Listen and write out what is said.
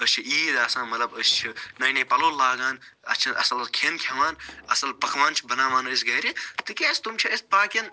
أسۍ چھِ عیٖد آسان مطلب أسۍ چھِ نٔے نٔے پَلوٚو لاگان اسہِ چھِ اصٕل کھیٚن کھیٚوان اصٕل پَکوان چھِ بناوان أسۍ گھرِ تِکیٛازِ تِم چھِ أسۍ باقِیَن